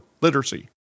literacy